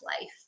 life